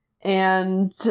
And-